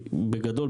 בגדול,